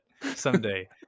Someday